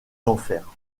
denfert